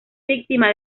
víctima